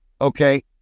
okay